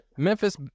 Memphis